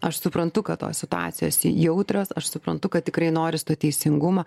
aš suprantu kad tos situacijos jautrios aš suprantu kad tikrai noris to teisingumo